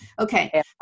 Okay